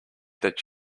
that